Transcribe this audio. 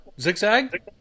Zigzag